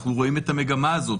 אנחנו רואים את המגמה הזאת.